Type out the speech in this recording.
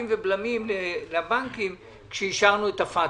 ובלמים לבנקים כשאישרנו את הפטקא.